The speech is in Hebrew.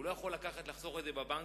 הוא לא יכול לקחת ולחסוך את זה בבנק,